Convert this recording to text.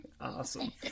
awesome